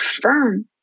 firm